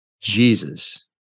Jesus